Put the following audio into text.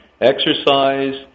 exercise